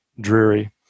dreary